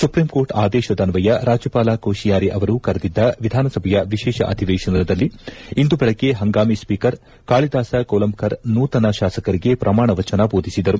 supreme court ಆದೇಶದನ್ವಯ ರಾಜ್ಯಪಾಲ ಕೋಶಿಯಾರಿ ಅವರು ಕರೆದಿದ್ದ ವಿಧಾನಸಭೆಯ ವಿಶೇಷ ಅಧಿವೇಶನದಲ್ಲಿ ಇಂದು ಬೆಳಗ್ಗೆ ಹಂಗಾಮಿ ಸ್ವೀಕರ್ ಕಾಳಿದಾಸ ಕೋಲಂಬ್ಕರ್ ನೂತನ ಶಾಸಕರಿಗೆ ಪ್ರಮಾಣ ವಚನ ಬೋಧಿಸಿದರು